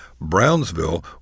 Brownsville